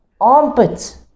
armpits